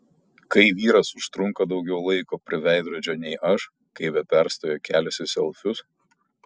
kai vyras užtrunka daugiau laiko prie veidrodžio nei aš kai be perstojo keliasi selfius